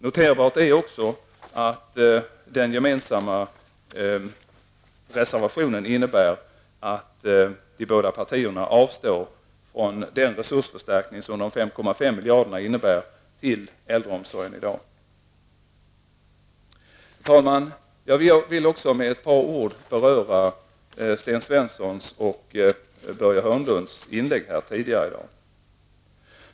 Noterbart är också att den gemensamma reservationen innebär att de båda partierna vill avstå från den resursförstärkning som de 5,5 miljarderna skulle innebära för äldreomsorgen i dag. Herr talman! Jag vill också med ett par ord beröra Sten Svenssons och Börje Hörnlunds inlägg tidigare i debatten.